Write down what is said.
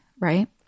right